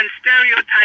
stereotypes